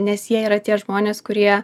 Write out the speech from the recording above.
nes jie yra tie žmonės kurie